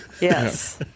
yes